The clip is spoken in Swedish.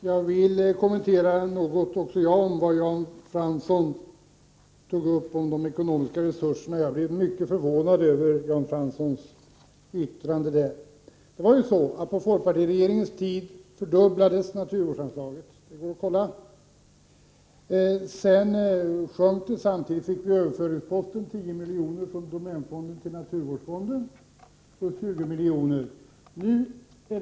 Herr talman! Även jag vill något kommentera Jan Franssons uttalanden här om de ekonomiska resurserna. Jag blev mycket förvånad över det som han yttrade i detta sammanhang. På folkpartiregeringens tid fördubblades ju naturvårdsanslaget — det är möjligt att kontrollera den uppgiften. Men sedan har anslaget minskats. Dessutom skedde en överföring på 10 milj.kr. från domänfonden till naturvårdsfonden, som uppgick till 20 milj.kr.